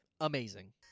amazing